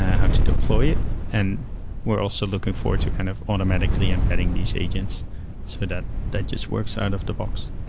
how to deploy it and we're also looking forward to kind of automatically embedding these agents so that that just works out of the box.